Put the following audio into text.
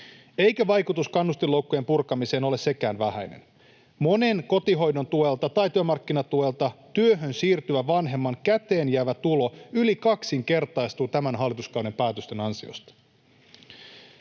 Eikä vaikutus kannustinloukkujen purkamiseen ole sekään vähäinen. Monen kotihoidon tuelta tai työmarkkinatuelta työhön siirtyvän vanhemman käteen jäävä tulo yli kaksinkertaistuu tämän hallituskauden päätösten ansiosta.